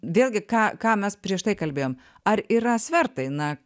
vėlgi ką ką mes prieš tai kalbėjom ar yra svertai na